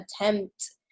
attempt